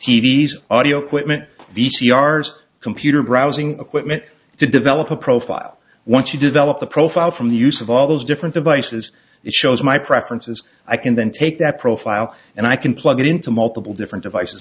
v s audio equipment v c r computer browsing equipment to develop a profile once you develop the profile from the use of all those different devices it shows my preferences i can then take that profile and i can plug it into multiple different devices